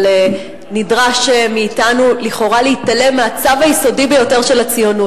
אבל נדרש מאתנו לכאורה להתעלם מהצו היסודי ביותר של הציונות.